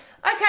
Okay